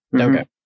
Okay